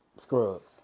scrubs